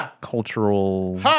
cultural